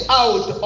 out